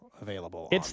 available